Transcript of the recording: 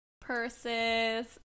purses